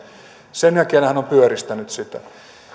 sen jälkeen hän on pyöristänyt sitä